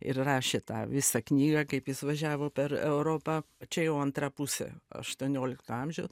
ir rašė tą visą knygą kaip jis važiavo per europą čia jau antra pusė aštuoniolikto amžiaus